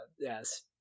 yes